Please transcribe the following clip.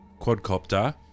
quadcopter